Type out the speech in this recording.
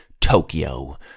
Tokyo